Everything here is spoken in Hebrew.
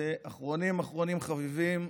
ואחרונים חביבים,